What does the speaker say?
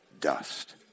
dust